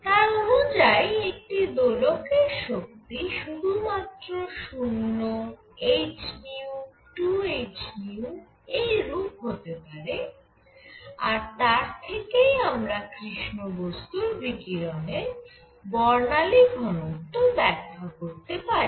তার অনুযায়ী একটি দোলকের শক্তি শুধু মাত্র 0 h 2 h এইরূপ হতে পারে আর তার থেকেই আমরা কৃষ্ণ বস্তুর বিকিরণের বর্ণালী ঘনত্ব ব্যাখ্যা করতে পারি